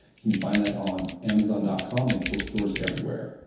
you can find that on amazon dot com and bookstores everywhere.